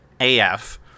af